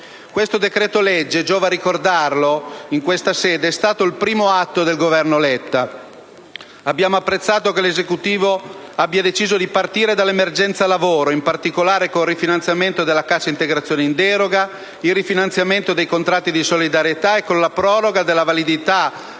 Questo decreto-legge - giova ricordarlo in questa sede - è stato il primo atto del Governo Letta. Abbiamo apprezzato che l'Esecutivo abbia deciso di partire dall'emergenza lavoro, in particolare con il rifinanziamento della cassa integrazione in deroga e dei contratti di solidarietà, nonché con la proroga della validità